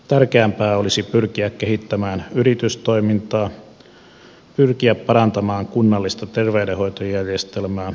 tärkeämpää olisi pyrkiä kehittämään yritystoimintaa pyrkiä parantamaan kunnallista terveydenhoitojärjestelmää